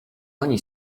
ani